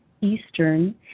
Eastern